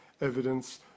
evidence